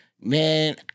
Man